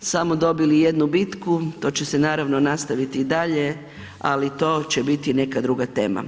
samo dobili jednu bitku, to će se naravno nastaviti i dalje, ali to će biti neka druga tema.